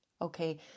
Okay